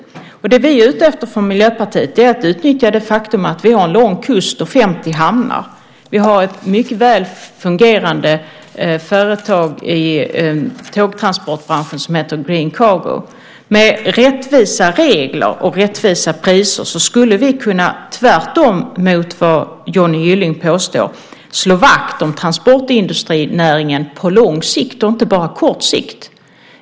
Vi i Miljöpartiet är ute efter att utnyttja det faktum att vi har en lång kust och 50 hamnar. Vi har ett mycket väl fungerande företag i tågtransportbranschen som heter Green Cargo. Med rättvisa regler och rättvisa priser skulle vi, tvärtemot vad Johnny Gylling påstår, kunna slå vakt om transportindustrinäringen på lång sikt och inte bara på kort sikt.